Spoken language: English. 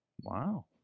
Wow